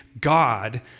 God